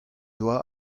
doa